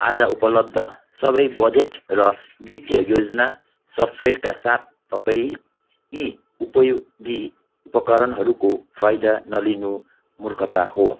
आज उपलब्ध सबै बजेट र वित्तीय योजना सफ्टवेयरका साथ तपाईँँ यी उपयोगी उपकरणहरूको फाइदा नलिनु मूर्खता हो